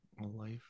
Life